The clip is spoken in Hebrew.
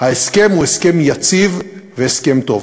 ההסכם הוא הסכם יציב והסכם טוב.